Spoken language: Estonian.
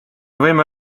võime